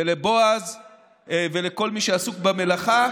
ולבועז ולכל מי שעסוק במלאכה.